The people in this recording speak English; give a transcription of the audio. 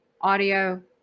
audio